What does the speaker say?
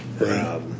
right